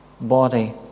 body